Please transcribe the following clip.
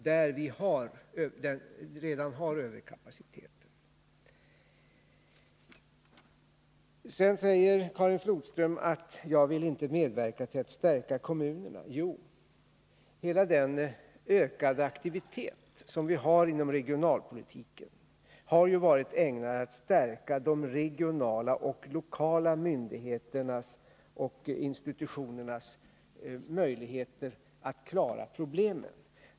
Sedan säger Karin Flodström att jag inte vill medverka till att stärka kommunerna. Jo, hela den ökade aktivitet som vi har inom regionalpolitiken har ju varit ägnad att stärka de regionala och lokala myndigheternas och institutionernas möjligheter att klara problemen.